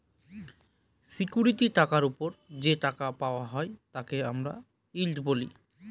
security টাকার ওপর যে টাকা পাওয়া হয় তাকে আমরা ইল্ড বলি